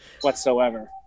whatsoever